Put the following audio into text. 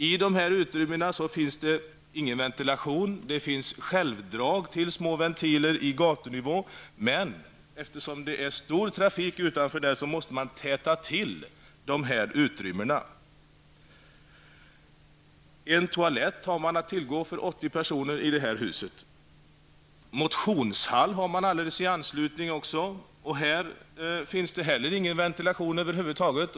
I de här utrymmena finns det ingen ventilation. Det finns självdrag till små ventiler i gatunivå, men eftersom det är stor trafik utanför måste man täta till de här utrymmena. En toalett finns att tillgå för 80 personer i huset. Motionshall har man alldeles i anslutning till polishuset. Där finns det heller ingen ventilation över huvud taget.